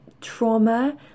trauma